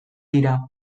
dira